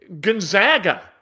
Gonzaga